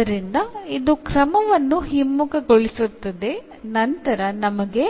ಆದ್ದರಿಂದ ಇದು ಕ್ರಮವನ್ನು ಹಿಮ್ಮುಖಗೊಳಿಸುತ್ತದೆ ನಂತರ ನಮಗೆ